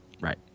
right